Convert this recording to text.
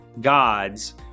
God's